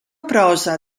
prosa